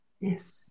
yes